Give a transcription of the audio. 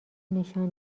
نشان